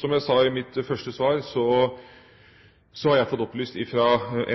Som jeg sa i mitt første svar, har jeg fått opplyst fra